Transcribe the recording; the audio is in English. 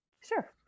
Sure